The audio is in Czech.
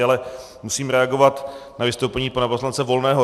Ale musím reagovat na vystoupení pana poslance Volného.